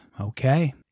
Okay